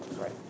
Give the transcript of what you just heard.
Right